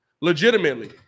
Legitimately